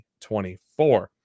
2024